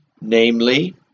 namely